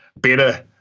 better